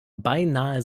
beinahe